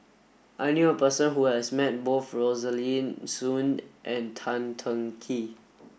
I knew a person who has met both Rosaline Soon and Tan Teng Kee